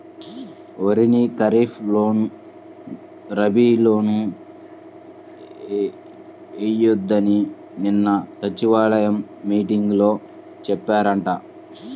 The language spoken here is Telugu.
వరిని ఖరీప్ లోను, రబీ లోనూ ఎయ్యొద్దని నిన్న సచివాలయం మీటింగులో చెప్పారంట